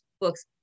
books